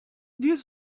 this